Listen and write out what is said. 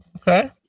okay